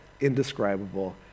indescribable